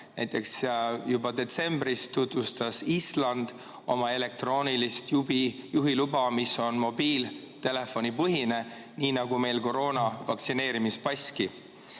Näiteks, juba detsembris tutvustas Island oma elektroonilist juhiluba, mis on mobiiltelefonipõhine, nii nagu meil koroona vastu vaktsineerimise passki.